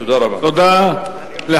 תודה רבה.